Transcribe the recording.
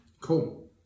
Cool